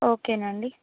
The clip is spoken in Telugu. ఓకే అండి